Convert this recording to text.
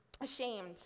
ashamed